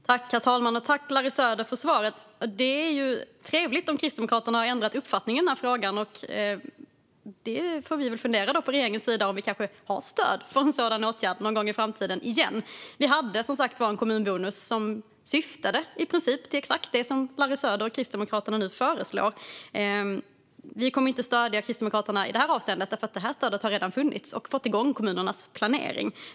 Herr talman! Jag tackar Larry Söder för svaret. Det är trevligt om Kristdemokraterna har ändrat uppfattning i denna fråga. Från regeringens sida får vi fundera på om vi kanske har stöd för en sådan åtgärd någon gång i framtiden igen. Vi hade, som sagt, en kommunbonus som i princip syftade exakt till det som Larry Söder och Kristdemokraterna nu föreslår. Vi kommer inte att stödja Kristdemokraterna i detta avseende, eftersom detta stöd redan har funnits och fått igång kommunernas planering.